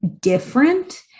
different